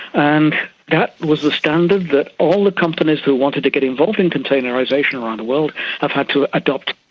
and that was the standard that all the companies who wanted to get involved in containerisation around the world have had to adopt.